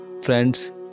friends